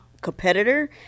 competitor